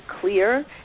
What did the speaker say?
clear